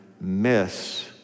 miss